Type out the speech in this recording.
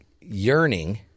yearning